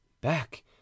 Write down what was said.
back